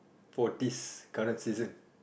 for this current season